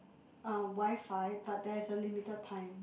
uh WiFi but there is a limited time